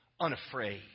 unafraid